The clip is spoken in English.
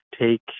take